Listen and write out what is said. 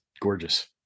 Gorgeous